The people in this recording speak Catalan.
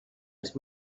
els